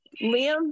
Liam